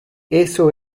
eso